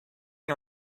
and